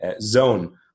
zone